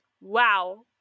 wow